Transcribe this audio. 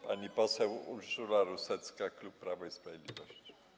Pani poseł Urszula Rusecka, klub Prawo i Sprawiedliwość.